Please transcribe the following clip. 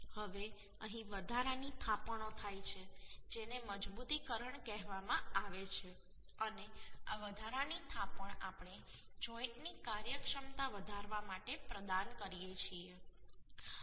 હવે અહીં વધારાની થાપણો થાય છે જેને મજબૂતીકરણ કહેવામાં આવે છે અને આ વધારાની થાપણ આપણે જોઈન્ટની કાર્યક્ષમતા વધારવા માટે પ્રદાન કરીએ છીએ